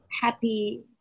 happy